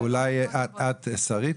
שרית,